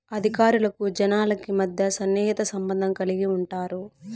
అధికారులకు జనాలకి మధ్య సన్నిహిత సంబంధం కలిగి ఉంటారు